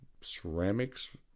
ceramics